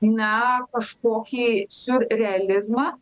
na kažkokį siur realizmą